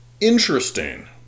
Interesting